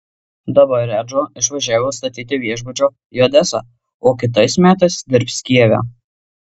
dabar redžo išvažiavo statyti viešbučio į odesą o kitais metais dirbs kijeve